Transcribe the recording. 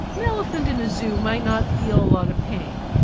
an elephant in a zoo might not feel a lot of pain,